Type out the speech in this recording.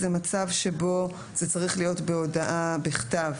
סעיף (ד) זה מצב שבו זה צריך להיות בהודעה בכתב,